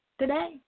today